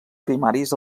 primaris